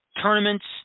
tournaments